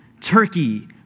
Turkey